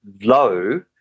low